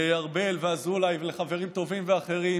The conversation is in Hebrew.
לארבל ולאזולאי ולחברים טובים אחרים